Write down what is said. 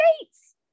States